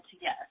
yes